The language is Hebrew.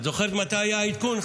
את זוכרת מתי היה העדכון,